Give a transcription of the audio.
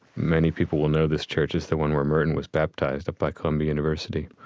many people will know this church as the one where merton was baptized up by columbia university.